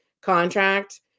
contract